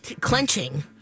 clenching